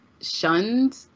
shunned